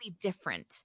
different